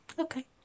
Okay